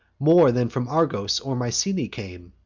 more than from argos or mycenae came.